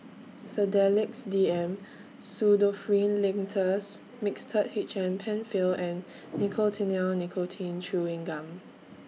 Sedilix D M Pseudoephrine Linctus Mixtard H M PenFill and Nicotinell Nicotine Chewing Gum